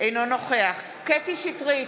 אינו נוכח קטי קטרין שטרית,